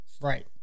Right